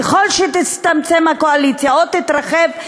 ככל שתצטמצם הקואליציה או תתרחב,